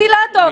את הטרור.